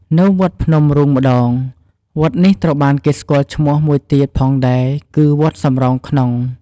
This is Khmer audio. នៅវត្តភ្នំរូងម្តង វត្តនេះត្រូវបានគេស្គាល់ឈ្មោះមួយទៀតផងដែរគឺ វត្តសំរោងក្នុង។